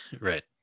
Right